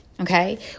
okay